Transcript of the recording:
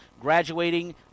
graduating